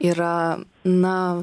yra na